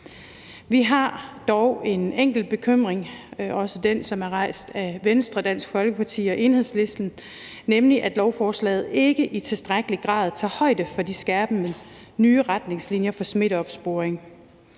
Vi har dog en enkelt bekymring – den er også rejst af Venstre, Dansk Folkeparti og Enhedslisten – nemlig at lovforslaget ikke i tilstrækkelig grad tager højde for de skærpede nye retningslinjer for smitteopsporing,